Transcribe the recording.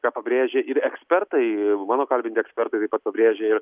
ką pabrėžia ir ekspertai mano kalbinti ekspertai taip pat pabrėžia ir